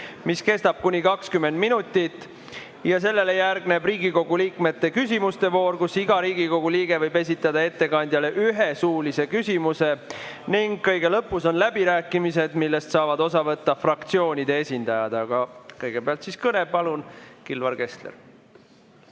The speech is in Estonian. mis kestab kuni 20 minutit, ja sellele järgneb Riigikogu liikmete küsimuste voor, kus iga Riigikogu liige võib esitada ettekandjale ühe suulise küsimuse, ning kõige lõpus on läbirääkimised, millest saavad osa võtta fraktsioonide esindajad. Aga kõigepealt on kõne. Palun, Kilvar Kessler!